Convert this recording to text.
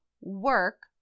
work